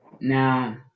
Now